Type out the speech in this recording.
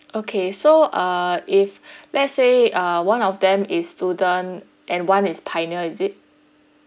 okay so uh if let's say uh one of them is student and one is pioneer is it